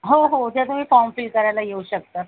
हो हो उद्या तुम्ही फॉम फिल करायला येऊ शकता